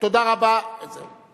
תודה רבה, זהו.